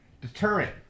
deterrent